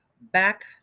back